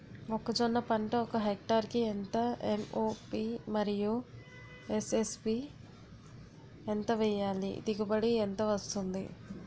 మొక్కజొన్న పంట ఒక హెక్టార్ కి ఎంత ఎం.ఓ.పి మరియు ఎస్.ఎస్.పి ఎంత వేయాలి? దిగుబడి ఎంత వస్తుంది?